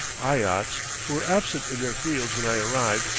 eyots, who were absent in their fields when i arrived,